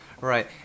Right